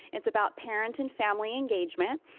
it's about parent and family engagement,